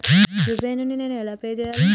UPI నుండి నేను ఎలా పే చెయ్యాలి?